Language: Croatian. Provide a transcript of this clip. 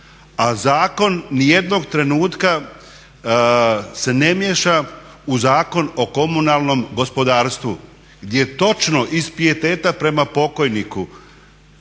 a zakon nijednog trenutka se ne miješa u Zakon o komunalnom gospodarstvu gdje točno iz pijeteta prema pokojniku